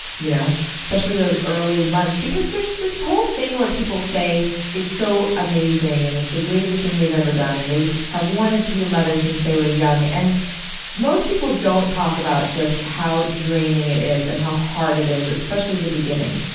you know especially those early months because there's this whole thing where people say it's so amazing and it's the greatest thing they've ever done and they've wanted to be a mother since they were young, and most people don't talk about just how draining it is, and how hard it is, especially the beginning.